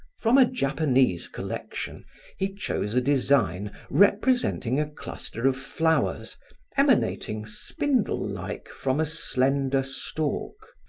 from a japanese collection he chose a design representing a cluster of flowers emanating spindle-like, from a slender stalk.